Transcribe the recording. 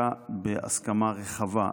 החקיקה בהסכמה רחבה.